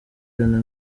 ibintu